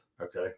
Okay